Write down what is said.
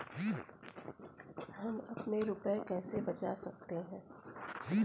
हम अपने रुपये कैसे बचा सकते हैं?